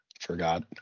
forgot